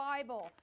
Bible